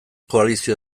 koalizio